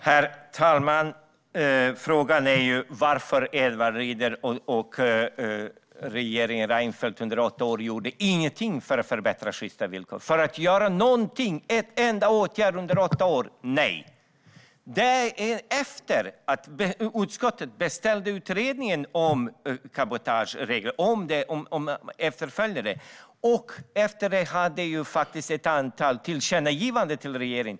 Herr ålderspresident! Frågan är ju varför Edward Riedl och regeringen Reinfeldt inte gjorde någonting under åtta år för att förbättra villkoren. Vidtog ni någon enda åtgärd under åtta år? Nej. Utskottet beställde utredningen om cabotageregler och det gjordes ett antal tillkännagivanden till regeringen.